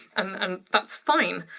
um um that's fine.